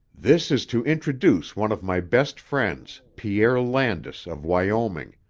this is to introduce one of my best friends, pierre landis, of wyoming.